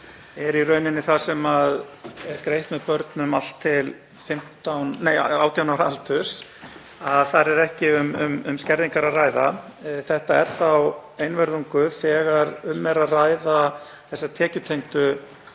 er í rauninni það sem er greitt með börnum allt til 18 ára aldurs, er ekki um skerðingar að ræða. Það er þá einvörðungu þegar um er að ræða þessar tekjutengdu